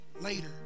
later